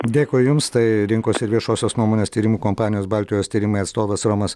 dėkui jums tai rinkos ir viešosios nuomonės tyrimų kompanijos baltijos tyrimai atstovas romas